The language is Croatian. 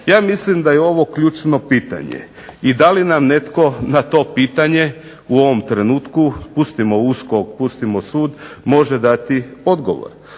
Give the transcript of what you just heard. Ja mislim da je to ključno pitanje i da li nam netko na to pitanje u ovom trenutku, pustimo USKOK, pustimo sud, može dati odgovor?